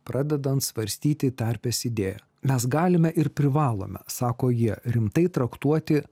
pradedant svarstyti terpės idėją mes galime ir privalome sako jie rimtai traktuoti